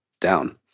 down